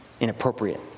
inappropriate